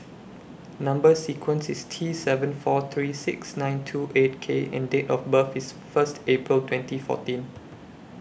Number sequence IS T seven four three six nine two eight K and Date of birth IS First April twenty fourteen